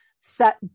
set